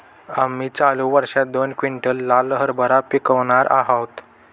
आम्ही चालू वर्षात दोन क्विंटल लाल हरभरा पिकावणार आहोत